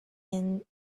and